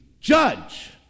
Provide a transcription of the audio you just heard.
Judge